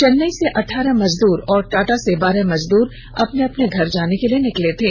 चेन्नई से अठारह मजदूर और टाटा से बारह मजदूर अपने अपने घर जाने के लिए निकले थे